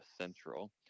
central